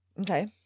Okay